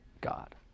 God